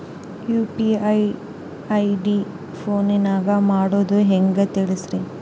UPI ID ಫೋನಿನಾಗ ಮಾಡೋದು ಹೆಂಗ ತಿಳಿಸ್ರಿ?